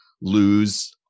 lose